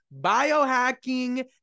biohacking